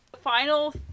final